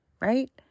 right